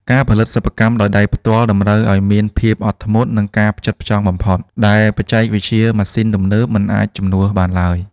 ការផលិតសិប្បកម្មដោយដៃផ្ទាល់តម្រូវឱ្យមានភាពអត់ធ្មត់ និងការផ្ចិតផ្ចង់បំផុត ដែលបច្ចេកវិទ្យាម៉ាស៊ីនទំនើបមិនអាចជំនួសបានឡើយ។